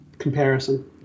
Comparison